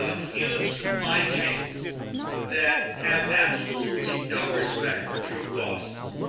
ah huge supply chains that have absolutely no respect for true costs.